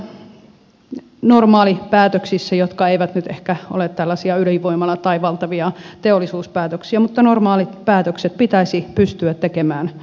ympäristölupien osalta normaalipäätökset jotka eivät nyt ehkä ole tällaisia ydinvoimala tai valtavia teollisuuspäätöksiä pitäisi pystyä tekemään vuodessa